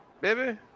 baby